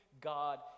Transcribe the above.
God